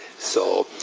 so,